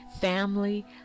family